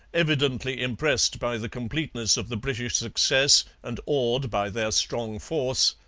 evidently impressed by the completeness of the british success and awed by their strong force,